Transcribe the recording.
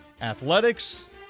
athletics